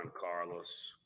Carlos